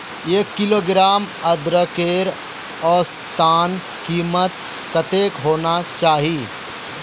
एक किलोग्राम अदरकेर औसतन कीमत कतेक होना चही?